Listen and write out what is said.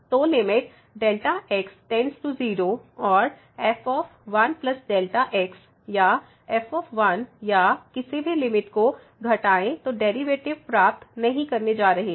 तो limit Δ x → 0 और f1 Δx या f या किसी भी लिमिट को घटाएं तो डेरिवेटिव प्राप्त नहीं करने जा रहे हैं